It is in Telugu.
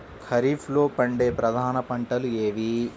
ఖరీఫ్లో పండే ప్రధాన పంటలు ఏవి?